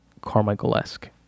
Carmichael-esque